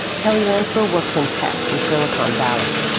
kelly lanspa works in tech in silicon valley.